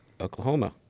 Oklahoma